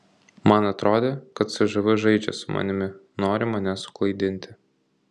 man atrodė kad cžv žaidžia su manimi nori mane suklaidinti